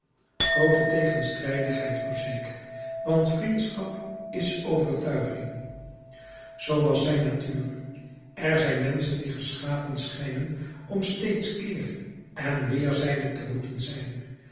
groote tegenstrijdigheid voorzeker want vriendschap is overtuiging z was zijn natuur er zijn menschen die geschapen schijnen om steeds keeren weerzijde te moeten zijn